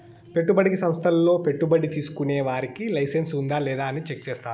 పెట్టుబడికి సంస్థల్లో పెట్టుబడి తీసుకునే వారికి లైసెన్స్ ఉందా లేదా అని చెక్ చేస్తారు